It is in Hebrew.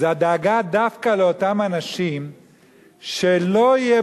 זה הדאגה דווקא לאותם אנשים שלא יהיה